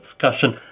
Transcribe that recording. discussion